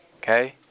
Okay